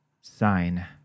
sign